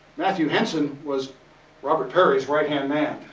matthew henson was robert peary's right-hand man.